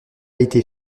été